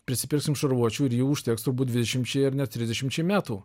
prisipilsim šarvuočių ir jų užteks turbūt dvidešimčiai ar net trisdešimčiai metų